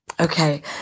Okay